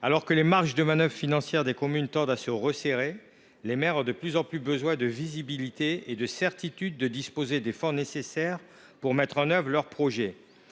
Alors que les marges de manœuvre financières des communes tendent à se resserrer, les maires ont de plus en plus besoin de visibilité et doivent avoir la certitude de disposer des fonds nécessaires pour mettre en œuvre leurs projets.